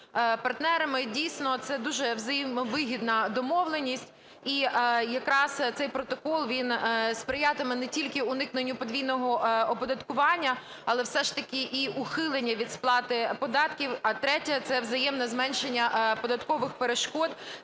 Дійсно, це дуже взаємовигідна домовленість. І якраз цей Протокол, він сприятиме не тільки уникненню подвійного оподаткування, але все ж таки і ухилення від сплати податків. А третє – це взаємне зменшення податкових перешкод